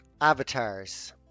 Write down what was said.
avatars